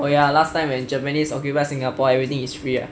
oh ya last time when japanese occupy singapore everything is free right